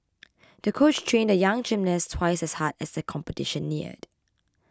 the coach trained the young gymnast twice as hard as the competition neared